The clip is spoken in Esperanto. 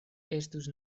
estus